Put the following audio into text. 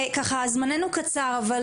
זמננו קצר,